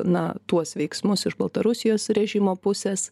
na tuos veiksmus iš baltarusijos režimo pusės